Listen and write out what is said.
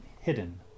hidden